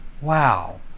Wow